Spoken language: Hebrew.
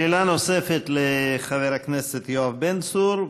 שאלה נוספת לחבר הכנסת יואב בן צור,